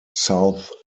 south